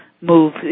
move